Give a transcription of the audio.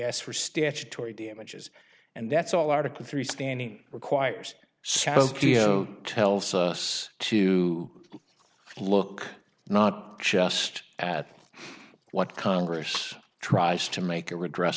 asked for statutory damages and that's all article three standing requires several tells us to look not just at what congress tries to make your address